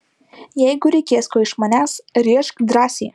jeigu reikės ko iš manęs rėžk drąsiai